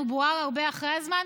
הוא בוער הרבה אחרי הזמן.